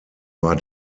war